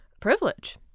privilege